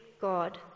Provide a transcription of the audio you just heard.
God